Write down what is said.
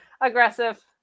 Aggressive